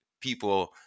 people